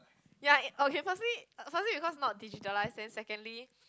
ya it okay firstly firstly because not digitalize then secondly